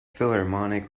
philharmonic